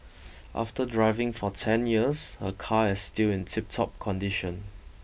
after driving for ten years her car is still in tiptop condition